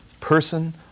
person